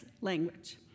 language